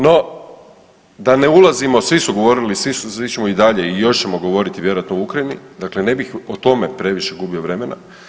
No, da ne ulazimo svi su govorili, svi ćemo i dalje i još ćemo govoriti vjerojatno o Ukrajini, dakle ne bih o tome previše gubio vremena.